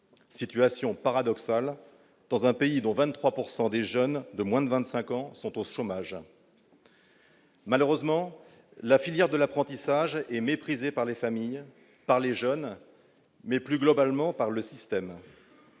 situation paradoxale dans un pays dont 23 pourcent des des jeunes de moins de 25 ans sont aussi chômage. Malheureusement, la filière de l'apprentissage et méprisé par les familles par les jeunes, mais plus globalement par le système.